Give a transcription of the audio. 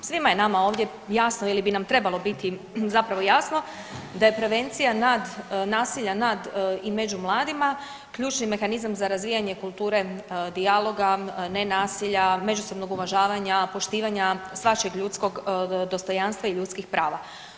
Svima je nama ovdje jasno ili bi nam trebalo biti zapravo jasno da je prevencija nad, nasilja nad i među mladima ključni mehanizam za razvijanje kulture dijaloga, ne nasilja, međusobnog uvažavanja, poštivanja svačijeg ljudskog dostojanstva i ljudskih prava.